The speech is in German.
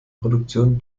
produktionen